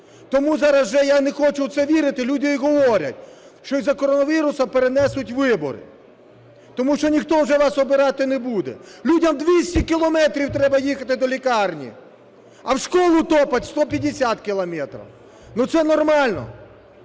Тому зараз вже я не хочу в це вірити, люди і говорять, що з-за коронавірусу перенесуть вибори. Тому що ніхто вже вас обирати не буде. Людям 200 кілометрів треба їхати до лікарні. А в школу топать 150 километров. Ну, це нормально?